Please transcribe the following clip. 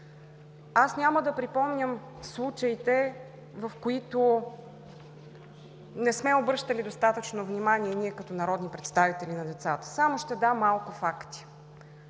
Аз няма да припомням случаите, в които не сме обръщали достатъчно внимание и ние като народни представители на децата. Само ще дам малко факти.